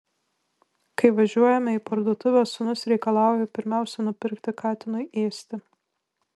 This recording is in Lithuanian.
kai važiuojame į parduotuvę sūnus reikalauja pirmiausia nupirkti katinui ėsti